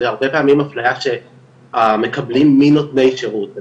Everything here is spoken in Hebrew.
זה הרבה פעמים אפליה שמקבלים מנותני שירות.